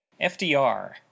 FDR